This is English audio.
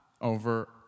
over